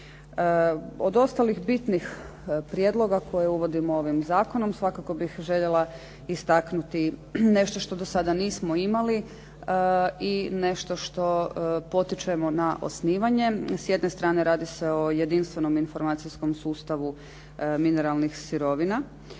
Od ostalih bitnih prijedloga koje uvodimo ovim zakonom svakako bih željela istaknuti nešto što do sada nismo imali a i nešto što potičemo na osnivanje. S jedne strane, radi se o jedinstvenom informacijskom sustavu mineralnih sirovina